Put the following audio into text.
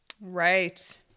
Right